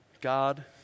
God